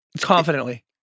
confidently